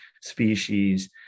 species